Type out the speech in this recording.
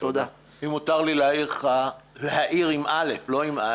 בין אם מדובר על שכירויות פרטיות או ציבוריות,